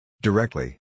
Directly